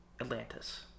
Atlantis